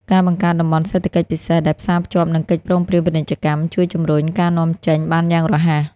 ការបង្កើតតំបន់សេដ្ឋកិច្ចពិសេសដែលផ្សារភ្ជាប់នឹងកិច្ចព្រមព្រៀងពាណិជ្ជកម្ម ជួយជំរុញការនាំចេញបានយ៉ាងរហ័ស។